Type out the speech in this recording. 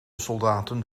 soldaten